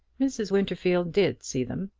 mrs. winterfield did see them,